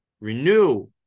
renew